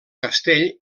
castell